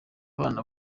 bana